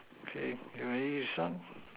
okay you ready to start